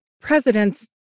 presidents